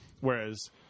whereas